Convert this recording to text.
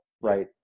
right